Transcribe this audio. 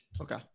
Okay